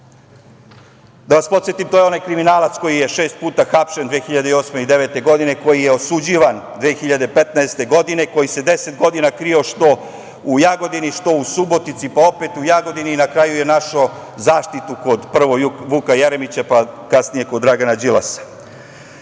Da vas podsetim, to je onaj kriminalac koji je šest puta hapšen 2008. i 2009. godine, koji je osuđivan 2015. godine, koji se deset godina krio što u Jagodini, što u Subotici, pa opet u Jagodini, i na kraju je našao zaštitu prvo kod Vuka Jeremića, pa kasnije kod Dragana Đilasa,